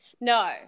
No